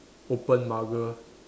open mugger